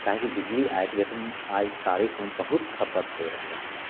काहेकी बिजली आइके डेटमे आइके तारीखमे बहुत खपत होइ रहलै हने